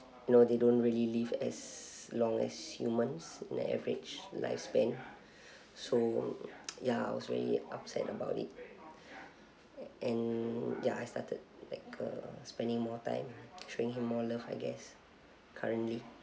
you know they don't really live as long as humans the average lifespan so ya I was very upset about it and ya I started like uh spending more time showing him more love I guess currently